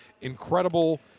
incredible